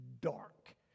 dark